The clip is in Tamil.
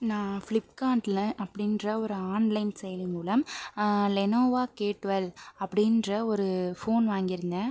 நான் ஃப்ளிப்கார்ட் அப்படின்ற ஒரு ஆன்லைன் சேவை மூலம் லெனோவா கே ட்வெல் அப்படின்ற ஒரு ஃபோன் வாங்கியிருந்தேன்